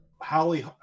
Holly